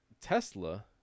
tesla